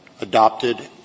adopted